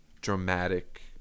dramatic